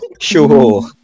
Sure